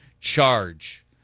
charge